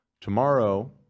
tomorrow